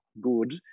good